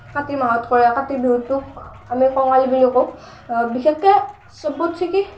কাতি মাহত কৰে কাতি বিহুটোক আমি কঙালী বুলিও কওঁ বিশেষকৈ চবতচে কি